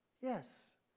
Yes